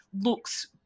looks